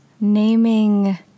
naming